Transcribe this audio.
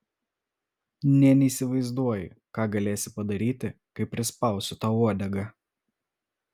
nė neįsivaizduoji ką galėsi padaryti kai prispausiu tau uodegą